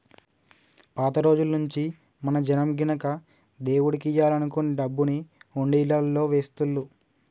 పాత రోజుల్నుంచీ మన జనం గినక దేవుడికియ్యాలనుకునే డబ్బుని హుండీలల్లో వేస్తుళ్ళు